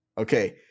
Okay